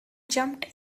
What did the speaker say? jumped